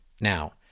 Now